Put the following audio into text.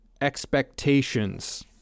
expectations